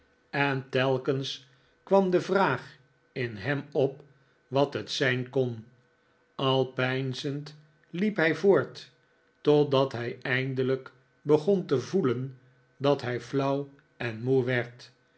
en telkens kwam de vraag in hem op wat het zijn kon al peinzend liep hij voort totdat hij eindelijk begon te voelen dat hij flauw en moe werd